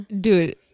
Dude